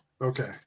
okay